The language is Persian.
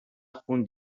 خون